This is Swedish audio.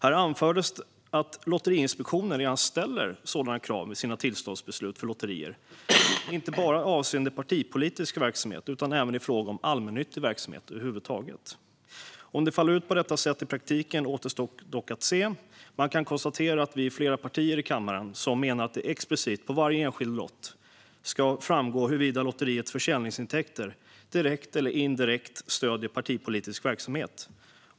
Där anfördes att Lotteriinspektionen redan ställer sådana krav i sina tillståndsbeslut för lotterier, inte bara avseende partipolitisk verksamhet utan även i fråga om allmännyttig verksamhet över huvud taget. Om det faller ut på detta sätt i praktiken återstår dock att se. Vi kan konstatera att vi är flera partier i kammaren som menar att det explicit på varje enskild lott ska framgå huruvida lotteriets försäljningsintäkter direkt eller indirekt stöder partipolitisk verksamhet.